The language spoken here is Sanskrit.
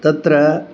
तत्र